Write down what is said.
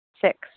Six